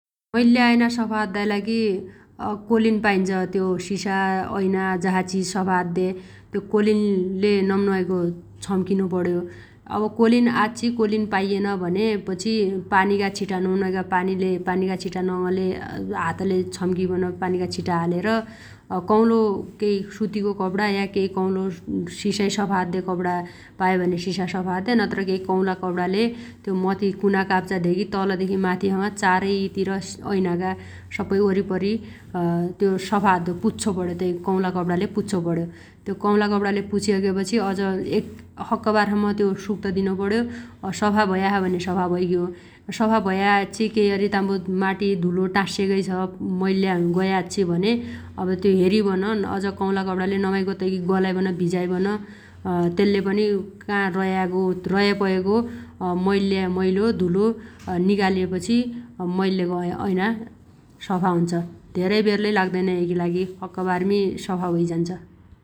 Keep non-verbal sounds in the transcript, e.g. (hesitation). मैल्ल्या ऐना सफा अद्दाइ लागि अ कोलिन पाइन्छ त्यो सिसा ऐना जसा चिज सफा अद्दे त्यो कोलिनले नम्नमाइगो छम्किनो पण्यो । अब कोलिन आच्छि कोलिन पाइएन भनेपछि पानीगा छिटा नम्नमाइगा पानीले पानीगा छिटा नङले हातले छम्किबन पानीगा छिटा हालेर कौलो केइ सुतिगो कपडा या केइ कौलो (hesitation) सिसाइ सफा अद्दे कपडा पायो भने सिसा सफा अद्दे नत्र केइ कौला कपडाले त्यो मथि कुना काप्चा धेगी तलदेखी माथीसम्म चारैतिर (hesitation) ऐेनागा सप्पै वरिपरि (hesitation) त्यो सफा अद्दो पुच्छो पण्यो तै कौला कपडाले पुच्छो पण्यो । त्यो कौला कपणाले पुछिसगेपछि अज एक सक्कबारसम्म त्यो सुक्त दिनुपण्यो । सफा भया छ भने सफा भैग्यो । सफा भया आच्छि केइ अरी ताम्बो माटी धुलो टास्सेगै छ मैल्ल्या गया आच्छि भने त्यो हेरिबन अज कौला कपडाले नमाइगो तैगी गलाइबन भिजाइबन तेल्ले पनि का रयागो रय पयगो मैल्ल्या मैलो धुलो निगालेपछि मैल्लेगो ऐना सफा हुन्छ । धेरै बेर लै लाग्दैन यैगी लागि । सक्कबारमी सफा होइझान्छ ।